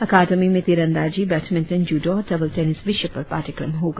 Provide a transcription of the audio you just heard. अकादमी में तीरंदाजी badminton judo और टेबल टेनिस विषय पर पाठ्यक्रम होगा